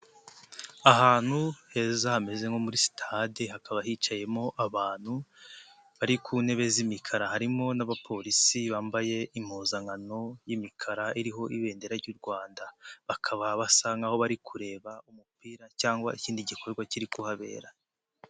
Ahantu heza hameze nko muri sitade hakaba hicayemo abantu bari ku ntebe z'imikara, harimo n'Abapolisi bambaye impuzankano y'imikara iriho ibendera ry'u Rwanda. Bakaba basa nkaho bari kureba umupira cyangwa ikindi gikorwa kiri kuhabera.